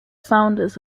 founders